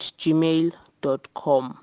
gmail.com